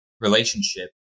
relationship